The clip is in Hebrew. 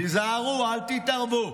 תיזהרו, אל תתערבו.